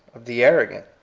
of the arrogant,